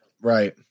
right